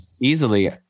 Easily